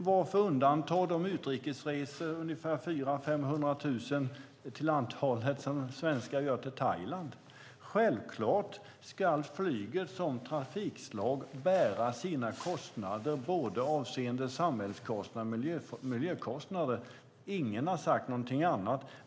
Varför undanta de ungefär 400 000-500 000 utrikesresor som svenskar gör till Thailand? Självklart ska flyget som trafikslag bära sina kostnader - både samhällskostnader och miljökostnader. Ingen har sagt något annat.